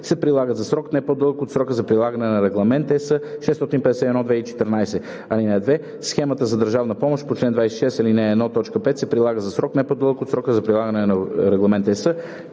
се прилагат за срок, не по-дълъг от срока за прилагане на Регламент (ЕС) № 651/2014. (2) Схемата за държавна помощ по чл. 26, ал. 1, т. 5 се прилага за срок, не по-дълъг от срока за прилагане на Регламент (ЕС)